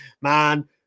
man